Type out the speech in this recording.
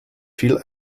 feel